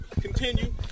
Continue